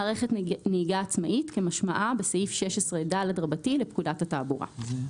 "מערכת נהיגה עצמאית" כמשמעה בסעיף 16ד לפקודת התעבורה.